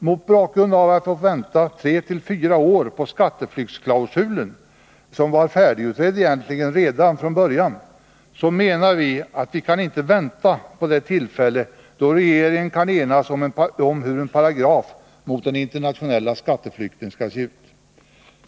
Mot bakgrund av att vi fått vänta Onsdagen den tre fyra år på skatteflyktsklausulen, som egentligen var färdigutredd redan 26 november 1980 från början, så menar vi att vi inte kan vänta på det tillfälle då regeringen kan enas om hur en paragraf mot den internationella skatteflykten skall se ut.